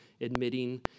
admitting